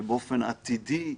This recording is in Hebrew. באופן עתידי,